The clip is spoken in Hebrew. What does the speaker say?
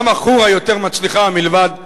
למה חורה יותר מצליחה, מלבד המנהיגות,